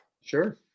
Sure